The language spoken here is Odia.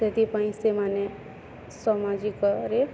ସେଥିପାଇଁ ସେମାନେ ସାମାଜିକରେ